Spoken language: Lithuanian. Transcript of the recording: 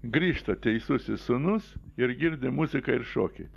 grįžta teisusis sūnus ir girdi muziką ir šokį